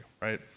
right